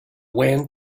wan